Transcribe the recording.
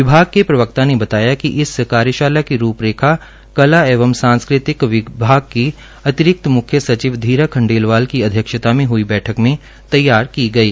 विभाग के प्रवक्ता ने बताया कि इस कार्यशाला की रूपरेखा कली एवं सांस्कृतिक विभाग की अतिरिक्त मुख्य सचिव धीरा खण्डेलवाल की अध्यक्षता में हुई बैठक में तैयार की गई